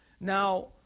Now